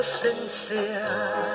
sincere